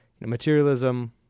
materialism